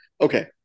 Okay